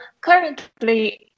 currently